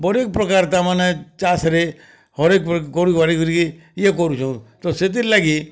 ବଢ଼ି ପ୍ରକାର୍ ତାର୍ ମାନେ ଚାଷ୍ ରେ କରିକରି ଇଏ କରୁଛୁଁ ତ ସେଥିର୍ ଲାଗି